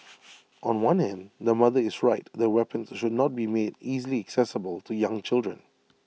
on one hand the mother is right that weapons should not be made easily accessible to young children